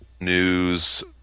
news